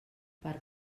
per